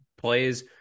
plays